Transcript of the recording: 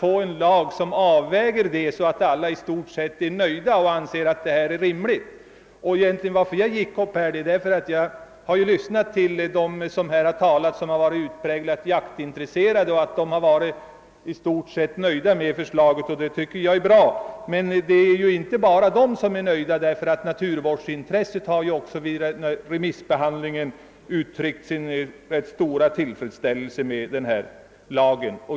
Det är inte lätt att utforma lagen så att allas intressen avvägs och alla blir nöjda. Jag har lyssnat på de utpräglat jaktintresserade talarna här i dag och funnit att de i stort sett är nöjda. Det tycker jag är bra. Även de naturvårdsintresserade har vid remissbehandlingen uttryckt sin tillfredsställese med lagen.